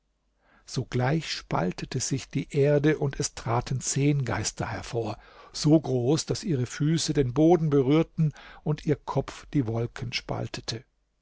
sogleich spaltete sich die erde und es traten zehn geister hervor so groß daß ihre füße den boden berührten und ihr kopf die wolken spaltete